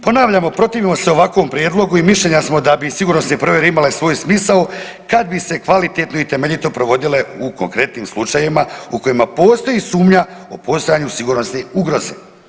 Ponavljamo protivimo se ovakvom prijedlogu i mišljenja smo da bi sigurnosne provjere imale svoj smisao kad bi se kvalitetno i temeljito provodile u konkretnim slučajevima u kojima postoji sumnja u postojanju sigurnosne ugroze.